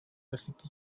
afite